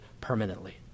permanently